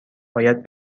باید